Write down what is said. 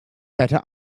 better